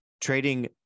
trading